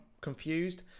confused